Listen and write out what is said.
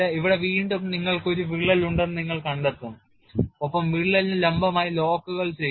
ഇവിടെ വീണ്ടും നിങ്ങൾക്ക് ഒരു വിള്ളൽ ഉണ്ടെന്ന് നിങ്ങൾ കണ്ടെത്തും ഒപ്പം വിള്ളലിന് ലംബമായി ലോക്കുകൾ ചെയ്യുന്നു